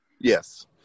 Yes